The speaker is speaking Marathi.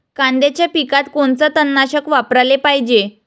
कांद्याच्या पिकात कोनचं तननाशक वापराले पायजे?